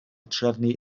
trefnu